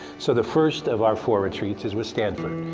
so the first of our four retreats is with stanford.